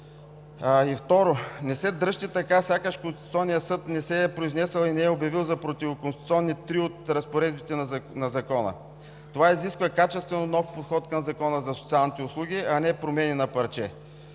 не стой!“ Не се дръжте така сякаш Конституционният съд не се е произнесъл и не е обявил за противоконституционни три от разпоредбите на Закона! Това изисква качествено нов подход към Закона за социалните услуги, а не промени на парче.